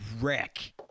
wreck